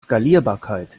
skalierbarkeit